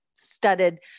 Studded